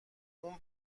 اون